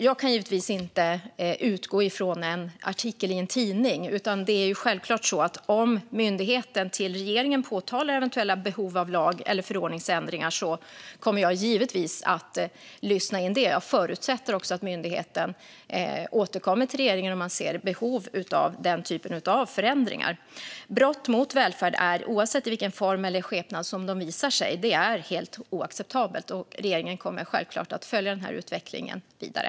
Jag kan givetvis inte utgå från en artikel i en tidning, men om myndigheten framför eventuella behov av lag eller förordningsändringar till regeringen kommer jag givetvis att lyssna in det. Jag förutsätter att myndigheten återkommer till regeringen om man ser behov av den typen av förändringar. Brott mot välfärd är helt oacceptabla, oavsett i vilken form eller skepnad de visar sig. Regeringen kommer självklart att följa utvecklingen vidare.